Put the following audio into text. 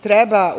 treba